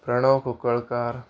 Pranav Kunkalkar